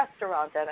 restaurant